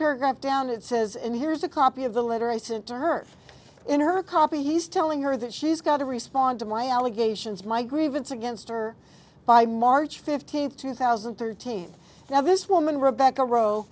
paragraph down it says and here's a copy of the letter i sent to her in her copy he's telling her that she's got to respond to my allegations my grievance against her by march fifteenth two thousand and thirteen that this woman rebecca row